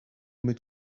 mit